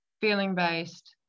feeling-based